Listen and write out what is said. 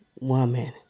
woman